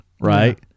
Right